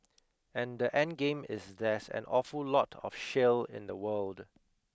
and the endgame is there's an awful lot of shale in the world